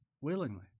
willingly